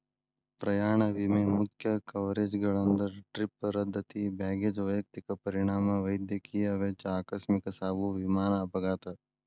ಪ್ರಯಾಣ ವಿಮೆ ಮುಖ್ಯ ಕವರೇಜ್ಗಳಂದ್ರ ಟ್ರಿಪ್ ರದ್ದತಿ ಬ್ಯಾಗೇಜ್ ವೈಯಕ್ತಿಕ ಪರಿಣಾಮ ವೈದ್ಯಕೇಯ ವೆಚ್ಚ ಆಕಸ್ಮಿಕ ಸಾವು ವಿಮಾನ ಅಪಘಾತ